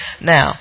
Now